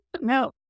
no